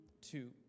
Two